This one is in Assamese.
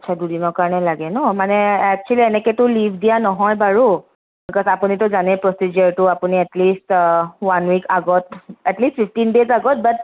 আচ্চা দুদিনৰ কাৰণে লাগে ন মানে এক্সুৱেলি এনেকেতো লীভ দিয়া নহয় বাৰু বিক'জ আপুনিতো জানেই প্ৰচিডিউৰটো আপুনি এটলিষ্ট ওৱান উইক আগত এটলিষ্ট ফিভটিন ডেজ আগত বাট